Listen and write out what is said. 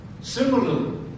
similarly